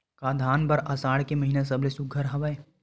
का धान बर आषाढ़ के महिना सबले सुघ्घर हवय?